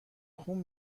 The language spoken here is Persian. خون